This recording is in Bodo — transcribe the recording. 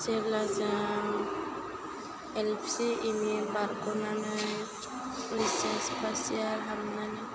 जेब्ला जों एल पि इम इ बारग'नानै ओयत्च एस फार्स्ट इयार हाबनानै